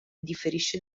differisce